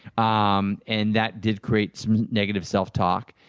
um and that did create some negative self-talk.